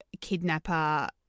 kidnapper